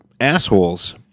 assholes